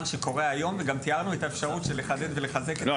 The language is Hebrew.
שקורה היום וגם תיארנו את האפשרות של לחדד ולחזק --- לא,